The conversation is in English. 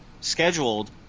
scheduled